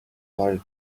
got